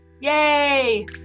Yay